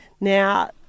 Now